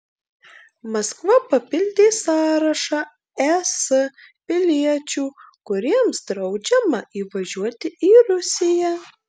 maskva papildė sąrašą es piliečių kuriems draudžiama įvažiuoti į rusiją